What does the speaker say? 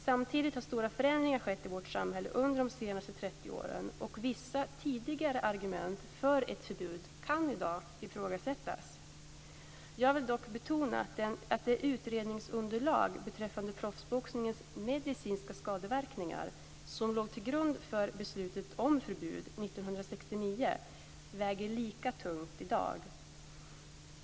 Samtidigt har stora förändringar skett i vårt samhälle under de senaste 30 åren, och vissa tidigare argument för ett förbud kan i dag ifrågasättas. Jag vill dock betona att det utredningsunderlag beträffande proffsboxningens medicinska skadeverkningar som låg till grund för beslutet om förbud år 1969 väger lika tungt i dag.